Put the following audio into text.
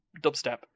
dubstep